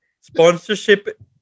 sponsorship